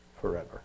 forever